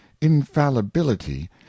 infallibility